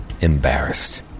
embarrassed